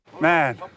Man